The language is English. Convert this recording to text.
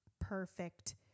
perfect